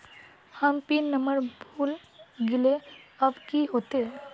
हम pin number भूल गलिऐ अब की होते?